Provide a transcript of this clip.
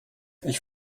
ich